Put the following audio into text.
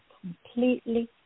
completely